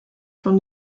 from